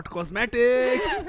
Cosmetics